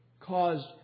caused